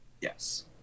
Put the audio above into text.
Yes